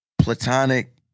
platonic